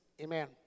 Amen